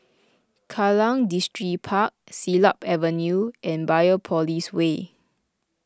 Kallang Distripark Siglap Avenue and Biopolis Way